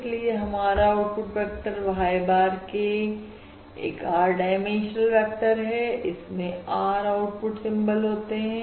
इसलिए हमारा output vector Y bar k एक R डाइमेंशनल वेक्टर है इसमें R आउटपुट सिंबल होते हैं